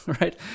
right